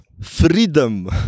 freedom